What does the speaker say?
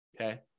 Okay